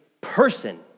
person